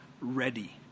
ready